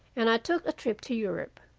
and i took a trip to europe.